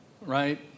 right